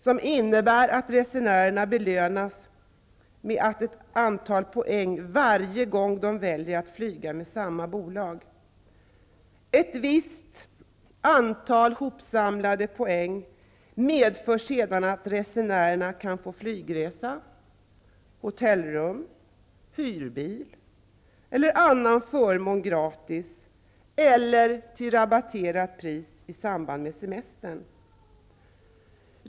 Det innebär att resenärerna belönas med ett antal poäng varje gång de väljer att flyga med samma bolag. Ett visst antal hopsamlade poäng medför sedan att resenärerna kan få flygresa, hotellrum, hyrbil eller annan förmån gratis eller till rabatterat pris i samband med semestern.